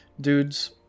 dudes